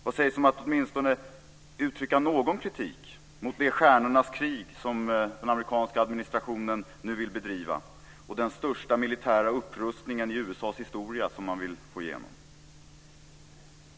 Vad sägs om att åtminstone uttrycka någon kritik mot det stjärnornas krig som den amerikanska administrationen nu vill bedriva och den största militära upprustningen i USA:s historia som man vill få igenom?